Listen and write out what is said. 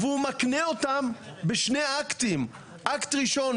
והוא מקנה אותם בשני אקטים: אקט ראשון,